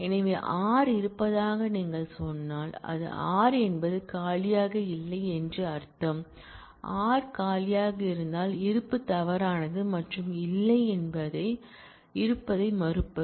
எனவே r இருப்பதாக நீங்கள் சொன்னால் அது r என்பது காலியாக இல்லை என்று அர்த்தம் r காலியாக இருந்தால் இருப்பு தவறானது மற்றும் இல்லை என்பது இருப்பதை மறுப்பது